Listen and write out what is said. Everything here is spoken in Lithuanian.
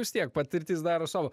vis tiek patirtis daro savo